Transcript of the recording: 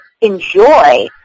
enjoy